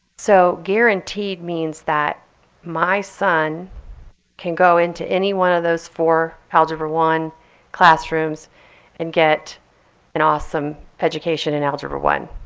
so guaranteed means that my son can go into any one of those four algebra one classrooms and get an awesome education in algebra one.